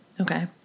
Okay